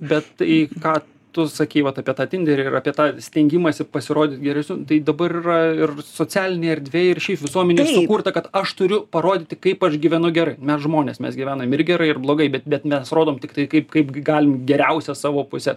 bet tai ką tu sakei vat apie tinderį ir apie tą stengimąsi pasirodyt geresniu tai dabar ir socialinėje erdvėje ir šiaip visuomenė sukurta kad aš turiu parodyti kaip aš gyvenu gerai mes žmonės mes gyvenam ir gerai ir blogai bet bet mes rodom tiktai kaip kaip galim geriausią savo pusę